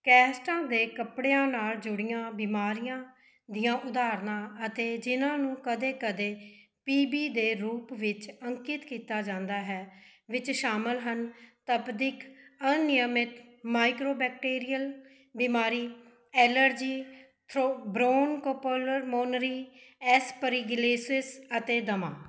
ਕੈਸਟਾਂ ਦੇ ਕੱਪੜਿਆਂ ਨਾਲ ਜੁੜੀਆਂ ਬਿਮਾਰੀਆਂ ਦੀਆਂ ਉਦਾਹਰਨਾਂ ਅਤੇ ਜਿਨ੍ਹਾਂ ਨੂੰ ਕਦੇ ਕਦੇ ਪੀ ਬੀ ਦੇ ਰੂਪ ਵਿੱਚ ਅੰਕਿਤ ਕੀਤਾ ਜਾਂਦਾ ਹੈ ਵਿੱਚ ਸ਼ਾਮਲ ਹਨ ਤਪਦੀਕ ਅਨਿਯਮਿਤ ਮਾਈਕੋਬੈਕਟੀਰੀਅਲ ਬਿਮਾਰੀ ਐਲਰਜੀ ਥ੍ਰੋ ਬ੍ਰੌਨਕਪੋਲਮੋਨਰੀ ਐਸਪਰੀਗਲੇਸਿਸ ਅਤੇ ਦਮਾ